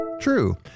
True